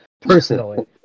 personally